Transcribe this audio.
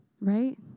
Right